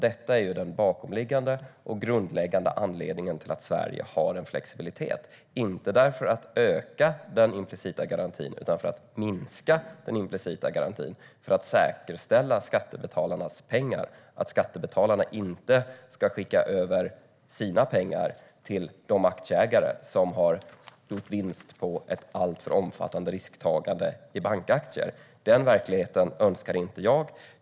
Detta är den bakomliggande och grundläggande anledningen till att Sverige har en flexibilitet. Det är inte för att öka den implicita garantin utan för att minska den, för att säkra skattebetalarnas pengar. Skattebetalarna ska inte skicka över sina pengar till de aktieägare som har gjort vinst på ett alltför omfattande risktagande i bankaktier. Den verkligheten önskar inte jag.